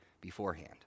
beforehand